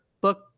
book